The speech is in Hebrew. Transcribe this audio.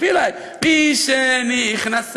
במש-מש-מש-מש-מש-משנכנס אדר,